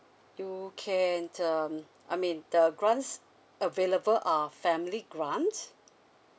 you can um I mean the grants available are family grant